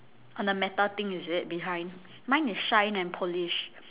on the metal thing is it behind mine is shine and polish